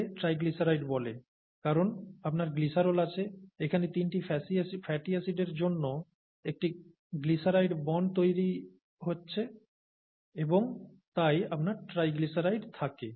একে ট্রাইগ্লিসারাইড বলে কারণ আপনার গ্লিসারল আছে এখানে তিনটি ফ্যাটি অ্যাসিডের জন্য একটি গ্লিসারাইড বন্ড তৈরি হচ্ছে এবং তাই আপনার ট্রাইগ্লিসারাইড থাকে